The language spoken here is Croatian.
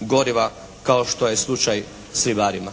goriva kao što je slučaj s ribarima?